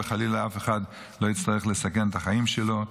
ושחלילה אף אחד לא יצטרך לסכן את החיים שלו.